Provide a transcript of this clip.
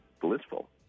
blissful